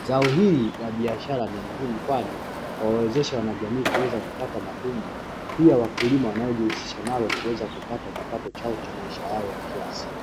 Zao hili la biashara ni muhimu kwani lawawezesha wanajamii kuweza kupata matunda pia wakulima wanaojihusisha nalo kuweza kupata kipato chao cha maisha yao ya kila siku.